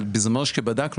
אבל כשבדקנו,